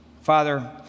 Father